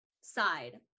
side